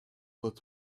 but